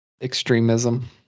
Extremism